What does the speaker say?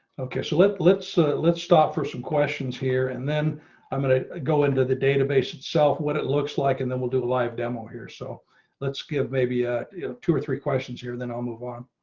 okay, so let's let's ah let's stop for some questions here. and then i'm going to go into the database itself what it looks like. and then we'll do a live demo here. so let's give maybe ah two or three questions here, then i'll move on.